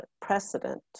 precedent